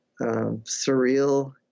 surreal